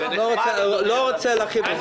לא רוצה להרחיב בזה.